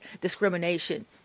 discrimination